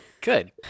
Good